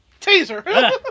Taser